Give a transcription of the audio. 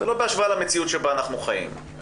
ולא בהשוואה למציאות שבה אנחנו חיים.